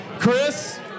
Chris